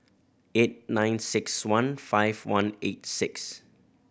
eight nine six one five one eight six